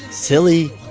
silly,